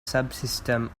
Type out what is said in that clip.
subsystem